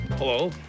Hello